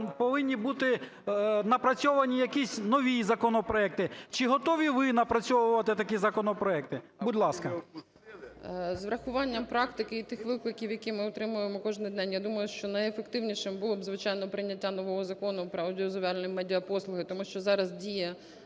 повинні бути напрацьовані якісь нові законопроекти? Чи готові ви напрацьовувати такі законопроекти? Будь ласка. 17:21:11 ФЕЩУК У.Ю. З урахуванням практики і тих викликів, які ми отримуємо кожен день, я думаю, що найефективнішим було б, звичайно, прийняття нового Ззкону про аудіовізуальні медіапослуги, тому що зараз діє